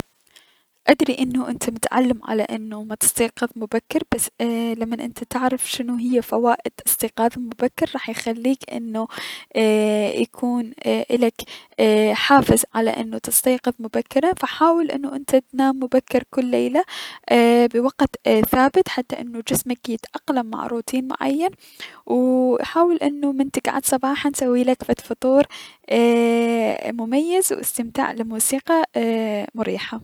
ادري انو انت متعلم انو متستيقظ مبكر بس اي- لمن انت تعرف شنو هي فوائد الأستيقاض المبكر راح يخليك انو اي- يكون الك ايي- حافز انو تستيقظ مبكرا، فحاول انو انت تنام مبكر كل ليلة بوقت ثابت حتى انو جسمك يتأقلم مع روتين معين و حاول انو من نكعد صباحا تسويلك فد فطور ايي- مبيز و الأستمتاع ايي- لموسيقى مريحة.